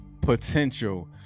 potential